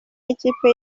y’ikipe